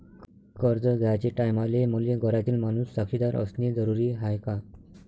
कर्ज घ्याचे टायमाले मले घरातील माणूस साक्षीदार असणे जरुरी हाय का?